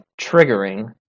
triggering